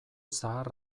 zahar